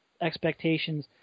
expectations